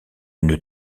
une